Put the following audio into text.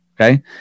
okay